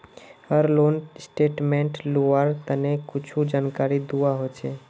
हर loan statement लुआर तने कुछु जानकारी दुआ होछे